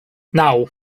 naŭ